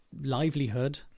livelihood